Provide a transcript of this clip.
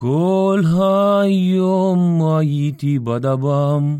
כל היום איתי בדבם